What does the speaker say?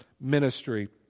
ministry